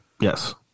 Yes